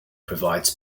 provides